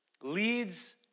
leads